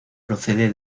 procede